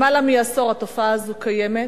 למעלה מעשור התופעה הזאת קיימת.